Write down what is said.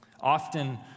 Often